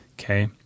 Okay